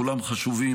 כולם חשובים,